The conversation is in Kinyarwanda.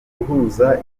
guhuza